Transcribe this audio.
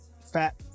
fat